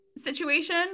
situation